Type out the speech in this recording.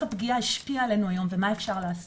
הפגיעה השפיעה עלינו היום ומה אפשר לעשות.